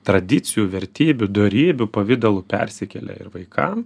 tradicijų vertybių dorybių pavidalu persikelia ir vaikam